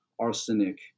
arsenic